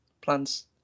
plans